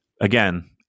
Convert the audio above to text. again